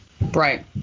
Right